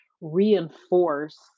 reinforce